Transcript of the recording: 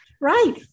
Right